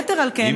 יתר על כן,